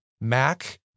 Mac